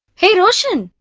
hey roshan!